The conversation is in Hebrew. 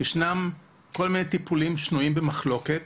ישנם כל מיני טיפולים שנויים במחלוקת